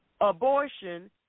Abortion